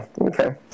Okay